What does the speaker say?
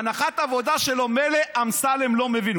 הנחת העבודה שלו: מילא אמסלם לא מבין.